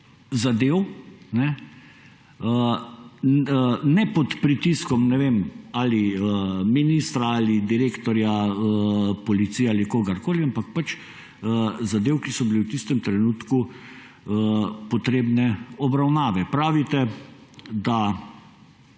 zadev ne pod pritiskom, ne vem, ali ministra ali direktorja policije ali kogarkoli, ampak zadev, ki so bile v tistem trenutku potrebne obravnave. Pravite, da